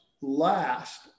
last